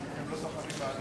(תיקון מס'